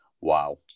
wow